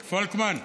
פולקמן.